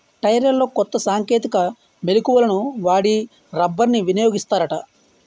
టైర్లలో కొత్త సాంకేతిక మెలకువలను వాడి రబ్బర్ని వినియోగిస్తారట